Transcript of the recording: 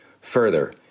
Further